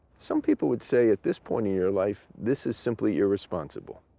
some people would say at this point in your life, this is simply irresponsible.